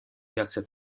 piazza